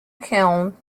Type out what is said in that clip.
kiln